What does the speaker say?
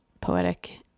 poetic